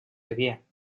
xavier